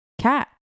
Cat